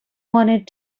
wanted